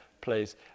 place